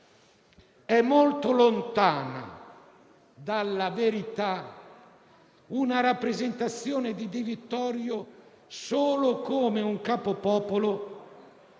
è molto lontana dalla verità una rappresentazione di Di Vittorio solo come un capopopolo